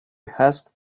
asked